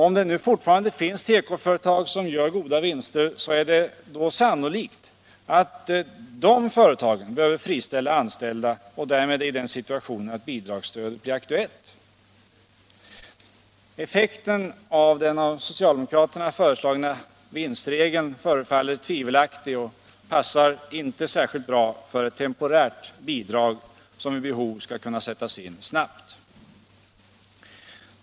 Om det nu fortfarande finns tekoföretag som gör vinster, är det då sannolikt att dessa företag behöver friställa anställda och därmed är i den situationen att bidragsstödet blir aktuellt? Effekten av den av socialdemokraterna föreslagna vinstregeln förefaller tvivelaktig och passar inte särskilt bra för ett temporärt bidrag som vid behov skall kunna sättas in snabbt.